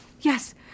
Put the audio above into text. Yes